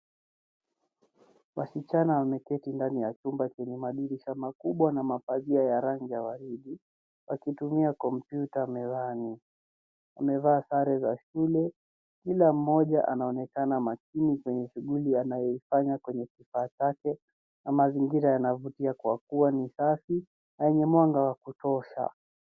Wasichana wameketi ndani ya chumba chenye madirisha makubwa na mapazia ya rangi ya waridi wakitumia kompyuta mezani. Wamevaa sare za shule. Kila mmoja anaonekana makini kwenye shughuli anayoifanya kwenye kifaa chake na mazingira yanavutia kwa kuwa ni safi na yenye mwanga wa kutosha.